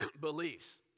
beliefs